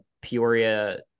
Peoria